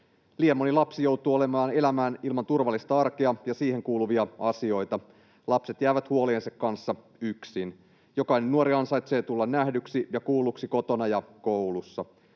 Liian moni lapsi joutuu elämään ilman turvallista arkea ja siihen kuuluvia asioita. Lapset jäävät huoliensa kanssa yksin. Jokainen nuori ansaitsee tulla nähdyksi ja kuulluksi kotona ja koulussa.